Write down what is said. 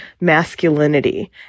masculinity